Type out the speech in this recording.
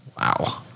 Wow